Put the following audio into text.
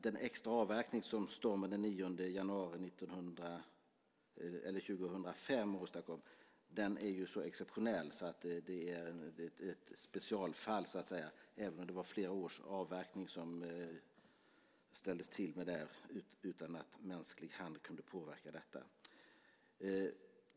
Den extra avverkning som stormen den 9 januari 2005 åstadkom är så exceptionell att det är ett specialfall - även om det var fråga om flera års avverkning utan att mänsklig hand kunde påverka detta.